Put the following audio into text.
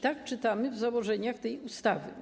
Tak czytamy w założeniach tej ustawy.